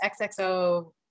XXO